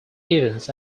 events